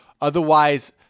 otherwise